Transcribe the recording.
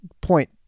point